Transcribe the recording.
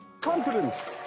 confidence